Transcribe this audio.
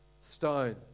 stone